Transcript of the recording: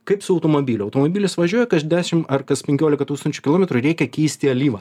kaip su automobiliu automobilis važiuoja kas dešimt ar kas penkiolika tūkstančių kilometrų reikia keisti alyvą